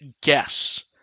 guess